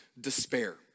despair